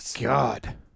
God